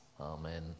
Amen